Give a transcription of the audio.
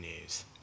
news